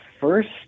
first